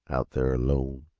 out there alone,